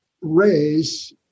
raise